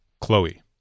Chloe